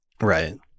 Right